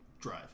drive